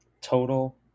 total